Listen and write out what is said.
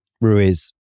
Ruiz